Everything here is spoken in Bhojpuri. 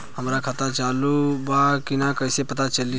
हमार खाता चालू बा कि ना कैसे पता चली?